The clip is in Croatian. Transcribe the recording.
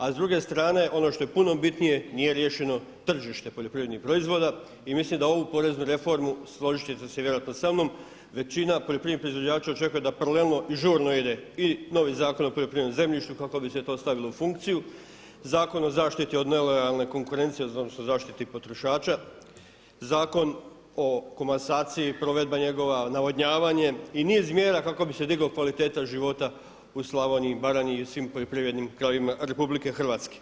A s druge strane ono što je puno bitnije nije riješeno tržište poljoprivrednih proizvoda i mislim da ovu poreznu reformu složit ćete se vjerojatno sa mnom većina poljoprivrednih proizvođača očekuje da paralelno i žurno ide i novi Zakon o poljoprivrednom zemljištu kako bi se to stavilo u funkciju, Zakon o zaštiti od nelojalne konkurencije, odnosno zaštiti potrošača, Zakon o komasaciji, provedba njegova, navodnjavanje i niz mjera kako bi se digla kvaliteta života u Slavoniji i Baranji i svim poljoprivrednim krajevima RH.